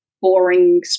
boring